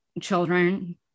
Children